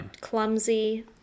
clumsy